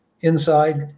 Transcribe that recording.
Inside